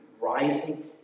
rising